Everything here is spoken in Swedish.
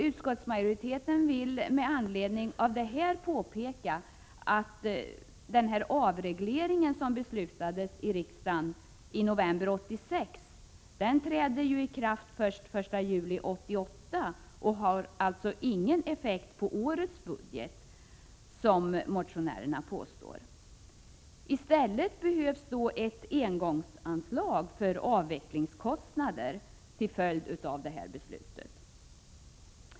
Utskottsmajoriteten vill med anledning härav påpeka att den avreglering som beslöts av riksdagen i november 1986 träder i kraft först den 1 juli 1988 och därför inte har någon effekt på årets budget, vilket motionärerna påstår. Istället behövs ett engångsanslag för avvecklingskostnader till följd av detta beslut.